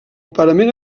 parament